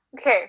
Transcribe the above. Okay